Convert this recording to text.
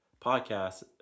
podcast